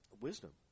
wisdom